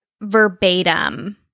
verbatim